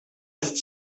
ist